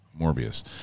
Morbius